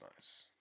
nice